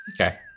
Okay